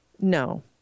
No